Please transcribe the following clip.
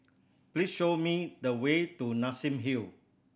please show me the way to Nassim Hill